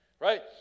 Right